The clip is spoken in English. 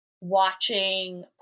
watching